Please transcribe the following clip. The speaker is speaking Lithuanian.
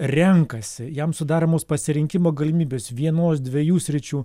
renkasi jam sudaromos pasirinkimo galimybės vienos dviejų sričių